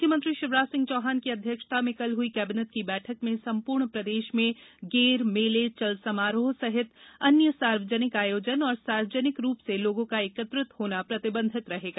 मुख्यमंत्री शिवराज सिंह चौहान की अध्यक्षता में कल हुई कैबिनेट की बैठक में संपूर्ण प्रदेश में गेर मेले चल समारोह सहित अन्य सार्वजनिक आयोजन और सार्वजनिक रूप में लोगों का एकत्रित होना प्रतिबंधित रहेगा